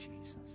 Jesus